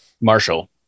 Marshall